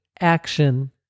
action